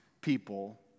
people